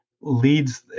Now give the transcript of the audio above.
leads